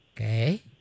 Okay